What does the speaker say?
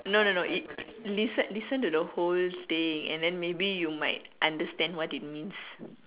no no no you you listen listen to the whole thing and then you might understand what it means